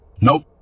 Nope